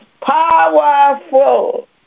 powerful